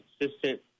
consistent